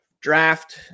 draft